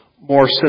more